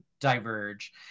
diverge